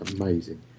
amazing